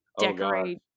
decorate